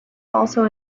also